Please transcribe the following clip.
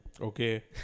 Okay